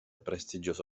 prestigiose